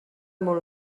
molt